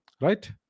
Right